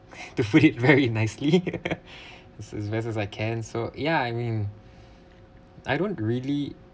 to fit very nicely this where is I can so yeah I mean I don't really